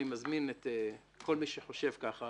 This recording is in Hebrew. אני מזמין את כל מי שחושב ככה